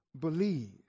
believe